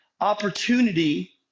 Opportunity